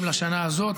לשנה הזאת,